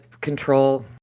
control